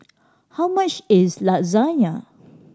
how much is